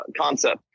concept